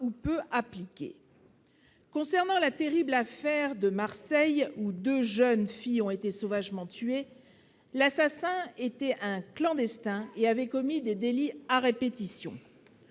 peu appliquées concernant la terrible affaire de Marseille où 2 jeunes filles ont été sauvagement tués l'assassin était un clandestin et avait commis des délits à répétition,